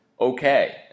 okay